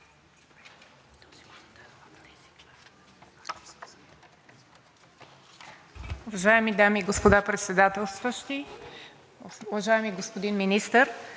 Уважаеми дами и господа председателстващи! Уважаеми господин Министър,